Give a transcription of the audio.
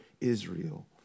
Israel